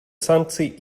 санкций